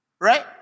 Right